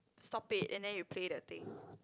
stop it and then you play the thing